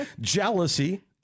jealousy